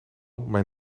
mijn